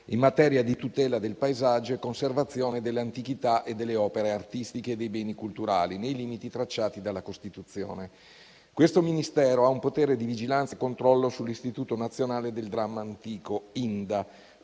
in materia di tutela del paesaggio e di conservazione delle antichità e delle opere artistiche e dei beni culturali, nei limiti tracciati dalla Costituzione. Questo Ministero ha un potere di vigilanza e controllo sull'Istituto nazionale del dramma antico (INDA),